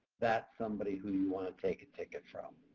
that's somebody who you want to take a ticket from.